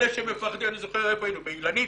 אני זוכר איפה היינו, באילנית,